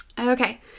Okay